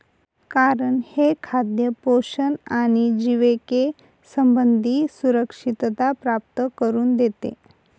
कारण हे खाद्य पोषण आणि जिविके संबंधी सुरक्षितता प्राप्त करून देते